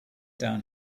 down